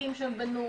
משחקים שהם בנו,